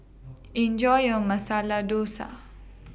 Enjoy your Masala Dosa